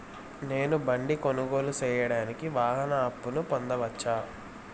నేను బండి కొనుగోలు సేయడానికి వాహన అప్పును పొందవచ్చా?